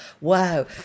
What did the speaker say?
wow